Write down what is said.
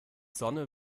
sonne